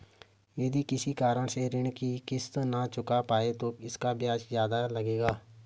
यदि किसी कारण से ऋण की किश्त न चुका पाये तो इसका ब्याज ज़्यादा लगेगा?